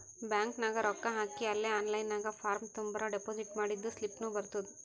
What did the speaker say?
bank ನಾಗ್ ರೊಕ್ಕಾ ಹಾಕಿ ಅಲೇ ಆನ್ಲೈನ್ ನಾಗ್ ಫಾರ್ಮ್ ತುಂಬುರ್ ಡೆಪೋಸಿಟ್ ಮಾಡಿದ್ದು ಸ್ಲಿಪ್ನೂ ಬರ್ತುದ್